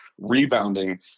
rebounding